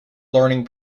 learning